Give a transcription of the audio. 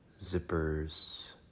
zippers